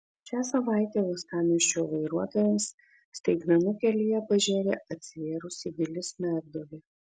šią savaitę uostamiesčio vairuotojams staigmenų kelyje pažėrė atsivėrusi gili smegduobė